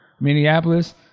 Minneapolis